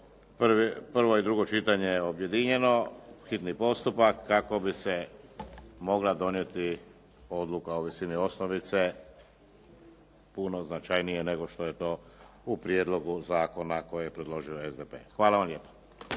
prvo i drugo čitanje objedinjeno, hitni postupak kako bi se mogla donijeti odluka o visini osnovice puno značajnije nego što je to u prijedlogu zakona koji je predložio SDP. Hvala vam lijepa.